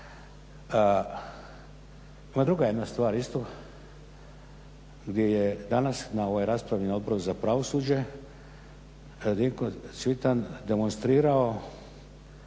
Ima druga jedna stvar isto, gdje je danas na ovoj raspravi na Odboru za pravosuđe rekao Cvitan, demonstrirao